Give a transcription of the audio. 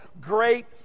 great